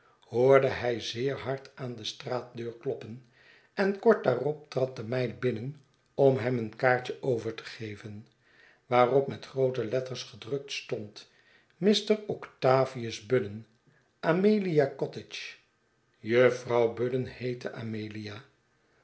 hoorde hij zeer hard aan de straatdeur kloppen en kort daarop trad de meid binnen om hem een kaartje over tegeven waarop met groote letters gedrukt stond mr octavius budden amelia cottage juffrouw budd en heette amelia